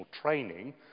training